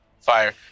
Fire